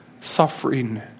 suffering